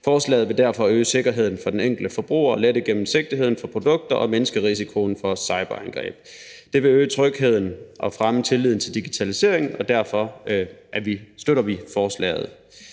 Forslaget vil derfor øge sikkerheden for den enkelte forbruger, lette gennemsigtigheden for produkter og mindske risikoen for cyberangreb. Det vil øge trygheden og fremme tilliden til digitalisering, og derfor støtter vi forslaget.